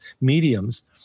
mediums